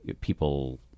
people